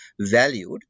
valued